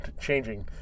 changing